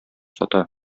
сата